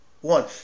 one